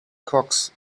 cocks